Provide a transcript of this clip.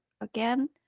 again